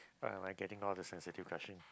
I'm like getting all the sensitive question